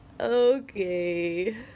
Okay